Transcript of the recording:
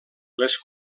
les